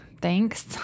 Thanks